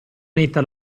netta